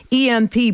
EMP